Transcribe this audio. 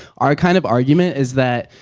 our kind of argument is that,